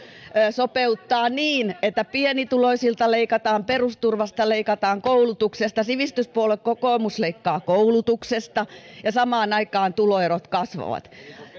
sopeuttaa niin että pienituloisilta leikataan ja perusturvasta leikataan sivistyspuolue kokoomus leikkaa koulutuksesta ja samaan aikaan tuloerot kasvavat